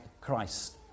Christ